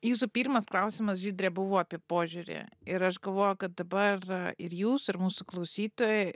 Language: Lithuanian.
jūsų pirmas klausimas žydre buvo apie požiūrį ir aš galvoju kad dabar ir jūs ir mūsų klausytojai